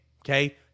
Okay